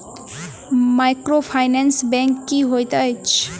Microfinance bank की होइत अछि?